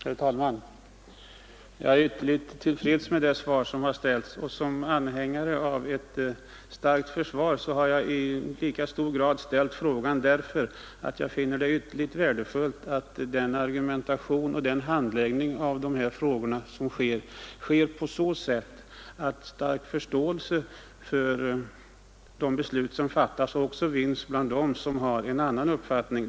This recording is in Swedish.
Herr talman! Jag är ytterligt till freds med det svar som givits. Som anhängare av ett starkt försvar finner jag det ytterligt värdefullt att den argumentation som sker i dessa frågor och handläggningen av dem skapar förståelse för de beslut som fattas också bland dem som har en annan uppfattning.